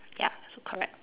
ya so correct